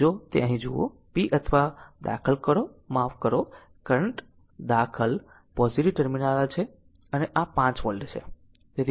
જો તે અહીં જુઓ p અથવા દાખલ કરો માફ કરંટ દાખલ પોઝીટીવ ટર્મિનલ આ છે અને આ 5 વોલ્ટ છે